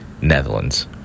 Netherlands